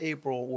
April